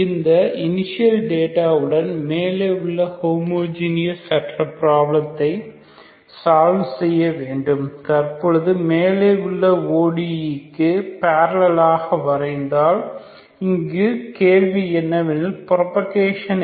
இந்த initial data வுடன் மேலே உள்ள ஹோமோஜீனியஸ் அற்ற ப்ராப்ளத்தை சால்வ் செய்ய வேண்டும் தற்பொழுது மேலே உள்ள ODE க்கு பேரலலாக வரைந்தால் இங்கு கேள்வி என்னவெனில் புரோபகேஷன் என்ன